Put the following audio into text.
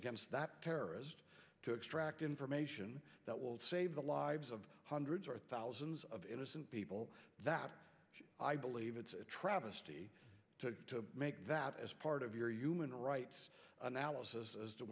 against that terrorist to extract information that will save the lives of hundreds or thousands of innocent people that i believe it's a travesty to make that as part of your human rights analysis as to